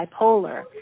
bipolar